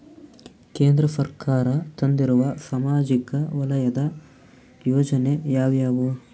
ಕೇಂದ್ರ ಸರ್ಕಾರ ತಂದಿರುವ ಸಾಮಾಜಿಕ ವಲಯದ ಯೋಜನೆ ಯಾವ್ಯಾವು?